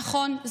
נכון,